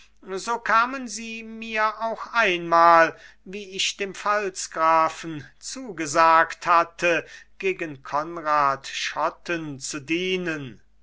so kamen sie mir auch einmal wie ich dem pfalzgrafen zugesagt hatte gegen konrad schotten zu dienen